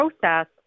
process